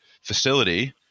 facility